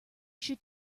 should